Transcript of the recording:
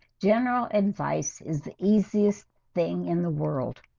general advice is the easiest thing in the world,